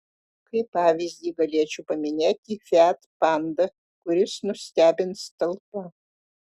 kaip pavyzdį galėčiau paminėti fiat panda kuris nustebins talpa